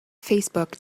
facebook